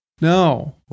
No